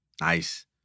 Nice